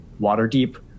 Waterdeep